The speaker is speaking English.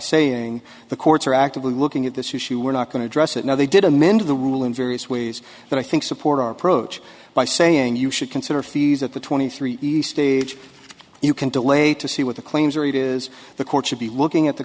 saying the courts are actively looking at this issue we're not going to dress it now they did amend the rule in various ways that i think support our approach by saying you should consider fees at the twenty three d stage you can delay to see what the claims are it is the courts should be looking at the